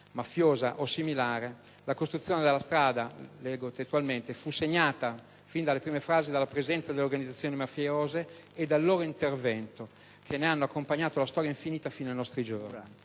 mafiosa o similare, la costruzione della strada «fu segnata, fin dalle prime fasi, dalla presenza delle organizzazioni mafiose e dal loro intervento, che ne hanno accompagnato la storia infinita fino ai nostri giorni»;